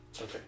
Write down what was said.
Okay